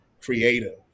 creative